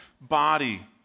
body